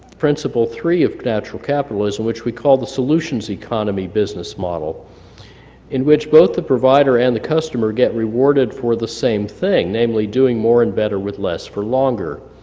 principle three of natural capitalism, which we call the solutions economy business model in which both the provider and the customer get rewarded for the same thing namely doing more and better with less for longer.